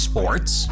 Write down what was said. Sports